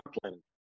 planning